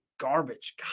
Garbage